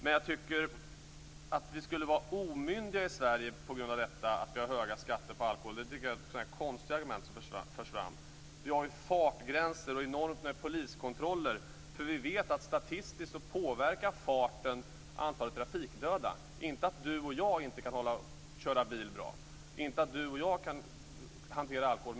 Men att vi skulle vara omyndiga i Sverige på grund av att vi har höga skatter på alkohol tycker jag är ett konstigt argument som förs fram. Vi har ju fartgränser och enormt många poliskontroller därför att vi vet att farten statistiskt påverkar antalet trafikdöda - inte att du och jag inte kan köra bil bra, inte att du och jag kan hantera alkohol.